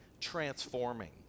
transforming